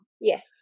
yes